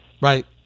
right